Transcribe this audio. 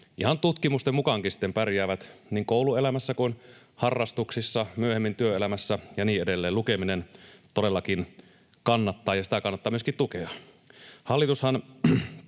ihan tutkimusten mukaankin sitten pärjäävät niin kouluelämässä kuin harrastuksissa, myöhemmin työelämässä ja niin edelleen. Lukeminen todellakin kannattaa, ja sitä kannattaa myöskin tukea. Hallitushan